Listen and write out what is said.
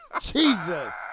Jesus